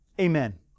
Amen